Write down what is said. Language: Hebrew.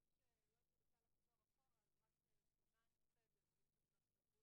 אם הוא חושב שזה בסדר וזה לא פוגע בתורת